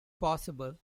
possible